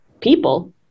people